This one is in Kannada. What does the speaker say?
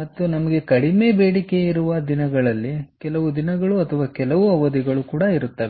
ಮತ್ತು ನಮಗೆ ಕಡಿಮೆ ಬೇಡಿಕೆಯಿರುವ ದಿನದಲ್ಲಿ ಕೆಲವು ದಿನಗಳು ಅಥವಾ ಕೆಲವು ಅವಧಿಗಳು ಇರುತ್ತವೆ